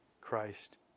Christ